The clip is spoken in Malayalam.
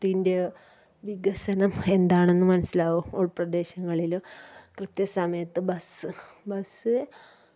ത്തിൻ്റെ വികസനം എന്താണെന്ന് മനസ്സിലാവൂ ഉൾപ്രദേശങ്ങളില് കൃത്യ സമയത്ത് ബസ്സ് ബസ്സ്